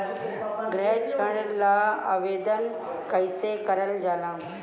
गृह ऋण ला आवेदन कईसे करल जाला?